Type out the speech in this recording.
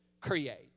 create